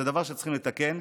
זה דבר שצריכים לתקן.